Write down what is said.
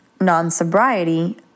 non-sobriety